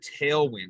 tailwind